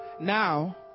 Now